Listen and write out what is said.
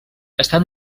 estan